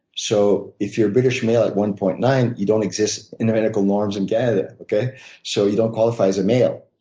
so if you're a british male at one point nine, you don't exist in the medical norms in canada. so you don't qualify as a male.